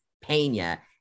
Pena